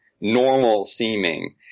normal-seeming